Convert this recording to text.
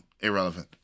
irrelevant